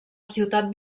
ciutat